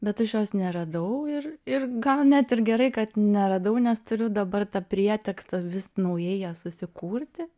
bet aš jos neradau ir ir gal net ir gerai kad neradau nes turiu dabar tą prietekstą vis naujai ją susikūrti